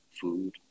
food